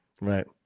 right